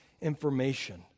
information